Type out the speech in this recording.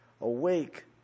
awake